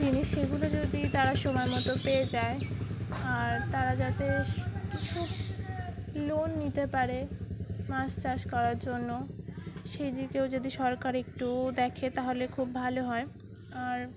জিনিস সেগুলো যদি তারা সময় মতো পেয়ে যায় আর তারা যাতে কিছু লোন নিতে পারে মাছ চাষ করার জন্য সেই দিকেও যদি সরকার একটু দেখে তাহলে খুব ভালো হয় আর